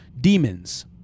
demons